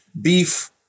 beef